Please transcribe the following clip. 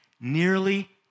nearly